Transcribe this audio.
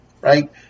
right